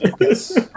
Yes